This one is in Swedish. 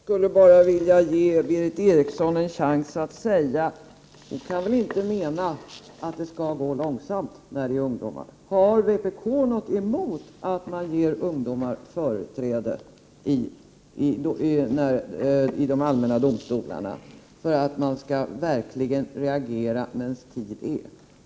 Fru talman! Jag skulle vilja ge Berith Eriksson en chans att säga att hon inte menar att det skall gå långsamt för ungdomar. Har vpk något emot att man ger ungdomar företräde i de allmänna domstolarna för att man verkligen skall kunna reagera i tid?